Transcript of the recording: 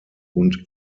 und